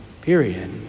period